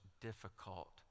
difficult